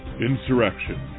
Insurrection